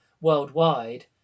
worldwide